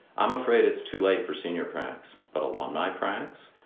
i'm afraid it's too late for senior pranks, but alumni pranks,